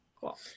Cool